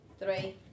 three